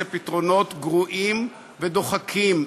אלה פתרונות גרועים ודחוקים.